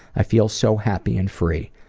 i feel so happy and free.